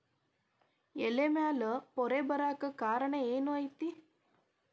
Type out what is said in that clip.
ಎಲೆ ಮ್ಯಾಲ್ ಪೊರೆ ಬರಾಕ್ ಕಾರಣ ಏನು ಐತಿ?